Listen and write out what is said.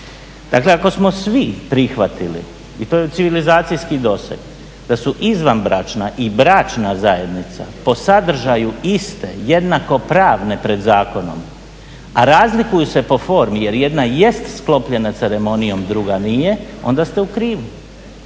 Dakle ako smo svi prihvatili i to je civilizacijski doseg da su izvanbračna i bračna zajednica po sadržaju iste, jednakopravne pred zakonom a razlikuju se po formi jer jedna jest sklopljena ceremonijom, druga nije, onda ste u krivu.